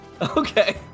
Okay